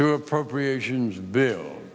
to appropriations bill